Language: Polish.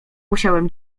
musiałem